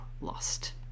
lost